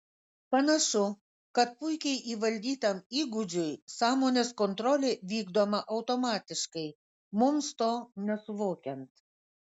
panašu kad puikiai įvaldytam įgūdžiui sąmonės kontrolė vykdoma automatiškai mums to nesuvokiant